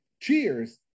Cheers